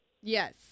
Yes